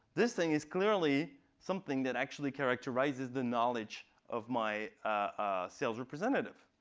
this thing is clearly something that actually characterizes the knowledge of my ah sales representative.